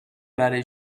برای